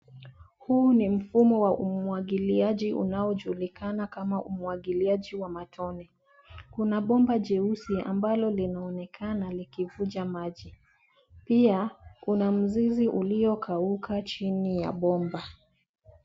Huu ni mfumo wa umwagiliaji unaojulikana kama umwagiliaji wa matone. Kuna bomba jeusi ambalo linaonekana likivuja maji. Pia kuna mzizi uliokauka chini ya bomba.